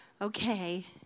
Okay